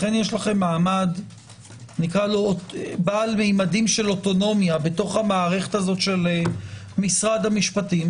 לכן יש לכם מעמד בעל ממדים של אוטונומיה בתוך המערכת של משרד המשפטים.